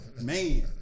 Man